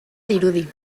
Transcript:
dirudi